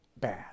bad